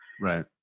Right